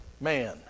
man